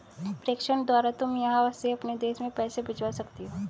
प्रेषण द्वारा तुम यहाँ से अपने देश में पैसे भिजवा सकती हो